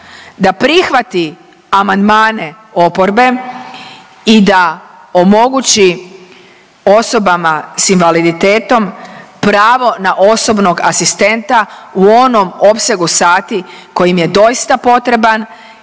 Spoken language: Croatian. da prihvati amandmane oporbe i da omogući osobama s invaliditetom pravo na osobnog asistenta u onom opsegu sati koji im je doista potreban